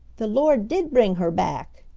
the lord did bring her back,